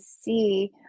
see